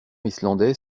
islandais